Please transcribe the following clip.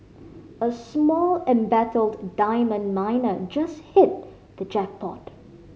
a small embattled diamond miner just hit the jackpot